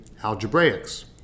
Algebraics